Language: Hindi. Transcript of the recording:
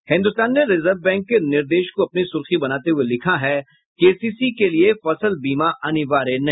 हिन्दुस्तान ने रिजर्व बैंक के निर्देश को अपनी सुर्खी बनाते हुये लिखा है केसीसी को फसल बीमा अनिवार्य नहीं